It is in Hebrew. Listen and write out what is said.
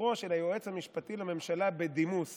לספרו של היועץ המשפטי לממשלה בדימוס